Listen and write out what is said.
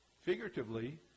Figuratively